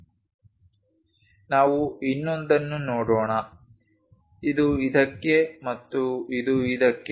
ನಾವು ಇನ್ನೊಂದನ್ನು ನೋಡೋಣ ಇದು ಇದಕ್ಕೆ ಮತ್ತು ಇದು ಇದಕ್ಕೆ